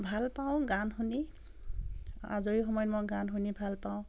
ভাল পাওঁ গান শুনি আজৰি সময়ত মই গান শুনি ভাল পাওঁ